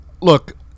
look